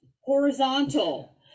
horizontal